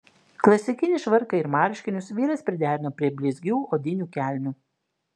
klasikinį švarką ir marškinius vyras priderino prie blizgių odinių kelnių